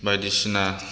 बायदिसिना